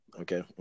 Okay